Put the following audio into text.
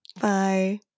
Bye